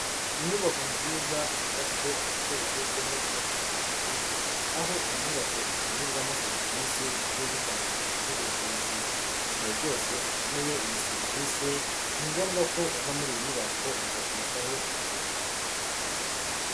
Inyubako nziza yubatswe mu buryo bugezweho bwa kijyambere, aho iyi nyubako itangirwamo serivisi zigiye zitandukanye z'ubuvuzi, igihe cyose ukeneye iyi serivisi ni ngombwa ko uza muri iyi nyubako bakakwitaho bakaguha ubuvuzi.